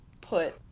put